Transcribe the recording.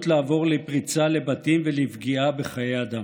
לעבור לפריצה לבתים ולפגיעה בחיי אדם.